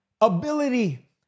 ability